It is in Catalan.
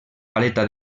paleta